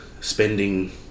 spending